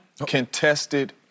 contested